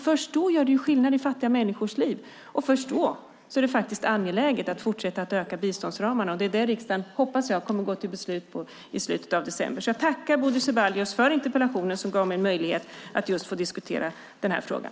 Först då gör det skillnad i fattiga människors liv, och först då är det faktiskt angeläget att fortsätta öka biståndsramarna, och det är det som riksdagen - hoppas jag - kommer att fatta beslut om i slutet av december. Jag tackar Bodil Ceballos för interpellationen som gav mig möjlighet att få diskutera den här frågan.